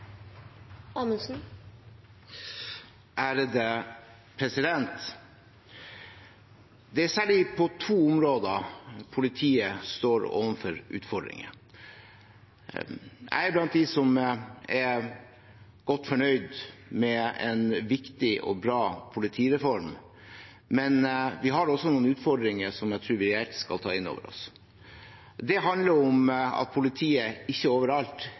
særlig på to områder politiet står overfor utfordringer. Jeg er blant dem som er godt fornøyd med en viktig og bra politireform, men vi har også noen utfordringer som jeg tror vi reelt skal ta inn over oss. Det handler om at politiet ikke overalt